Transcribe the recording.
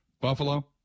Buffalo